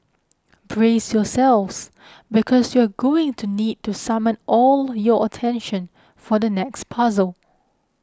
brace yourselves because you're going to need to summon all your attention for the next puzzle